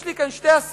כאן יש לי שתי השגות.